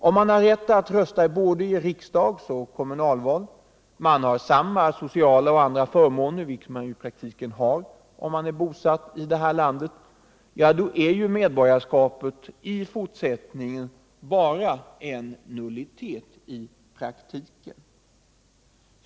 Om man har rätt att rösta i både riksdagsoch kommunalval och dessutom har samma sociala och andra förmåner som andra svenska medborgare — vilket man ju i praktiken har, om man är bosatt i det här landet — är medborgarskapet i fortsättningen i praktiken bara en nullitet.